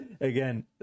again